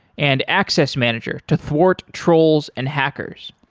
and access manager to thwart trolls and hackers.